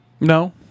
No